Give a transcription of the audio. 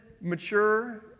mature